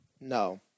No